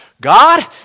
God